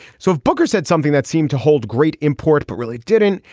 so if booker said something that seemed to hold great import but really didn't.